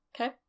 okay